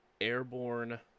airborne